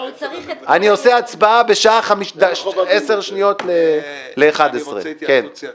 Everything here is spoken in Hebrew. אני עושה הצבעה ב-10 שניות לשעה 11:00. אני רוצה התייעצות סיעתית,